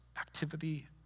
activity